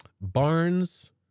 Barnes